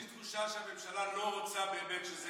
יש לי תחושה שהממשלה לא רוצה באמת שזה